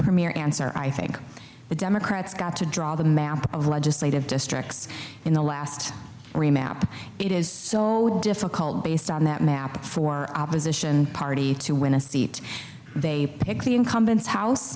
premier answer i think the democrats got to draw the map of legislative districts in the last remap it is so difficult based on that map for opposition party to win a seat they pick the incumbents house